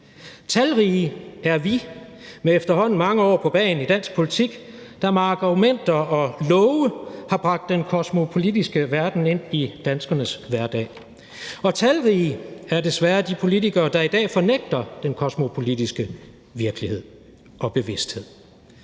Talrige er vi med efterhånden mange år på bagen i dansk politik, der med argumenter og love har bragt den kosmopolitiske verden ind i danskernes hverdag, og talrige er desværre også de politikere, der i dag fornægter den kosmopolitiske virkelighed og bevidsthed,